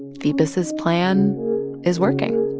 the business plan is working